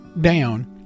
down